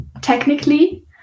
technically